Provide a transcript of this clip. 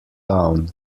down